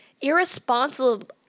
irresponsible